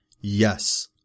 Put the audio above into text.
yes